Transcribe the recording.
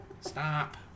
Stop